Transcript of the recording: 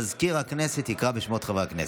מזכיר הכנסת יקרא בשמות חברי הכנסת.